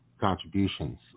contributions